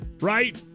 right